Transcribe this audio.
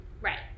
Right